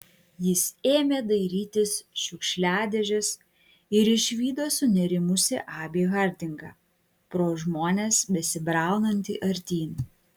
jis ėmė dairytis šiukšliadėžės ir išvydo sunerimusį abį hardingą pro žmones besibraunantį artyn